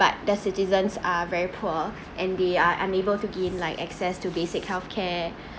but their citizens are very poor and they are unable to gain like access to basic health care